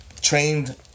trained